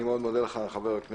אני לא אכנס לוויכוח